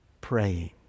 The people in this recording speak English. Praying